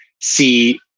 see